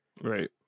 right